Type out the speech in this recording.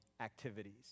activities